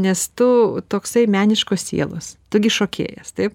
nes tu toksai meniškos sielos tu gi šokėjas taip